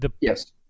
Yes